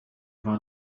war